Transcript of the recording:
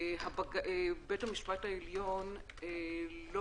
בית המשפט העליון לא